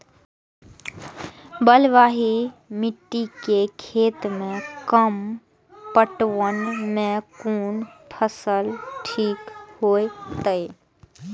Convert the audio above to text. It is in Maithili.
बलवाही मिट्टी के खेत में कम पटवन में कोन फसल ठीक होते?